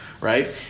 Right